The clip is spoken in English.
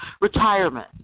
retirement